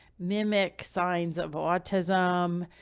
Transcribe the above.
mimic signs of autism.